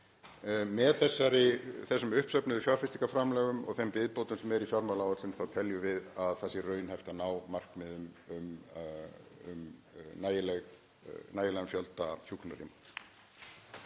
Með þessum uppsöfnuðu fjárfestingarframlögum og þeim viðbótum sem eru í fjármálaáætlun teljum við að það sé raunhæft að ná markmiðum um nægilegan fjölda hjúkrunarrýma.